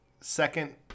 second